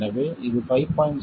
எனவே இது 5